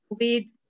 lead